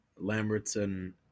Lambertson